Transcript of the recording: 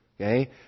Okay